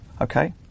Okay